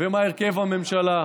ומה הרכב הממשלה.